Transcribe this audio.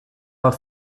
pas